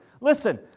listen